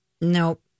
nope